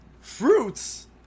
fruits